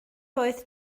oedd